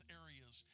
areas